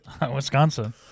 Wisconsin